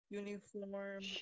uniform